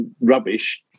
rubbish